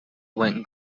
went